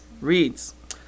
reads